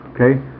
Okay